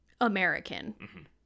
American